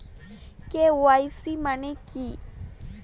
KYC মানে কি?